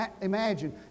imagine